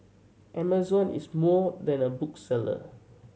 Amazon is more than a bookseller